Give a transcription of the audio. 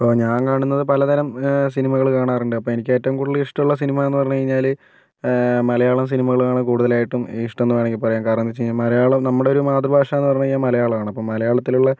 അപ്പോൾ ഞാൻ കാണുന്നത് പലതരം സിനിമകൾ കാണാറുണ്ട് അപ്പം എനിക്ക് ഏറ്റവും കൂടുതൽ ഇഷ്ടം ഉള്ള സിനിമ എന്ന് പറഞ്ഞ് കഴിഞ്ഞാൽ മലയാളം സിനിമകൾ ആണ് കൂടുതൽ ആയിട്ടും ഇഷ്ടം എന്ന് വേണമെങ്കിൽ പറയാം കാരണം എന്ന് വെച്ചാൽ മലയാളം നമ്മുടെ ഒരു മാതൃഭാഷ എന്ന് പറയുമ്പോൾ മലയാളം ആണ് അപ്പോൾ മലയാളത്തിൽ ഉള്ള